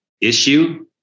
issue